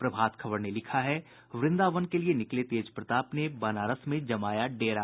प्रभात खबर ने लिखा है व्रंदावन के लिए निकले तेज प्रताप ने बनारस में जमाया डेरा